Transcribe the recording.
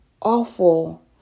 awful